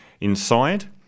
inside